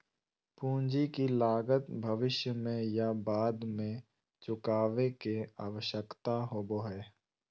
पूंजी की लागत भविष्य में या बाद में चुकावे के आवश्यकता होबय हइ